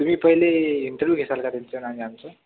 तुम्ही पहले इंटरव्ह्यू घेशाल का तुमच्या आणि आमच्या